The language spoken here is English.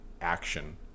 action